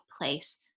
place